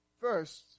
First